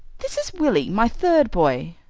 this is willie, my third boy,